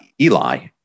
Eli